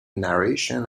narration